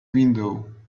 window